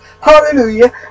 hallelujah